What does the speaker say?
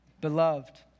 Beloved